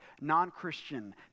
Non-Christian